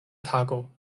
tago